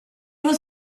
was